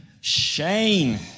Shane